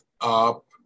up